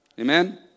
Amen